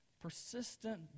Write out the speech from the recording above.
Persistent